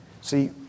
See